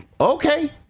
okay